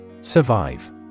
Survive